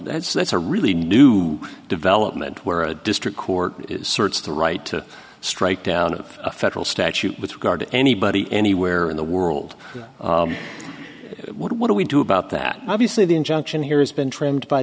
that's that's a really new development where a district court sorts the right to strike down of a federal statute with regard to anybody anywhere in the world what do we do about that obviously the injunction here has been trimmed by